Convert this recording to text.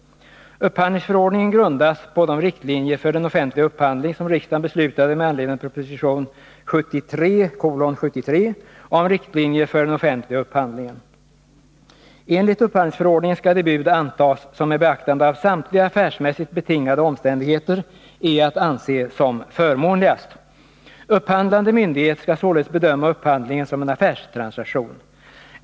Upphandlingsförordningen grundas på de riktlinjer för den offentliga upphandlingen som riksdagen beslutade med anledning av proposition 1973:73 om riktlinjer för den offentliga upphandlingen. Upphandlande myndighet skall således bedöma upphandlingen som en affärstransaktion.